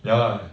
ya lah